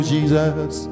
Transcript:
Jesus